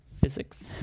physics